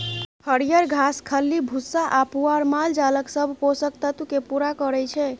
हरियर घास, खल्ली भुस्सा आ पुआर मालजालक सब पोषक तत्व केँ पुरा करय छै